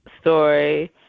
story